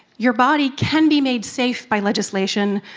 your body can be made safe by legislation,